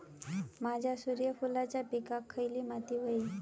माझ्या सूर्यफुलाच्या पिकाक खयली माती व्हयी?